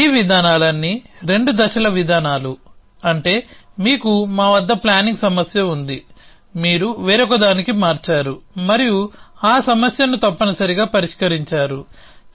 ఈ విధానాలన్నీ రెండు దశల విధానాలు అంటే మీకు మా వద్ద ప్లానింగ్ సమస్య ఉంది మీరు వేరొకదానికి మార్చారు మరియు ఆ సమస్యను తప్పనిసరిగా పరిష్కరించారు